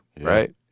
right